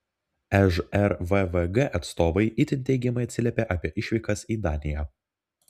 žrvvg atstovai itin teigiamai atsiliepė apie išvykas į daniją